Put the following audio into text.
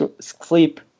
sleep